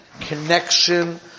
connection